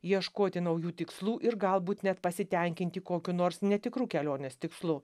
ieškoti naujų tikslų ir galbūt net pasitenkinti kokiu nors netikru kelionės tikslu